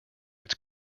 its